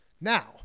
Now